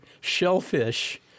Shellfish